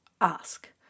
ask